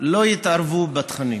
לא יתערבו בתכנים,